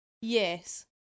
Yes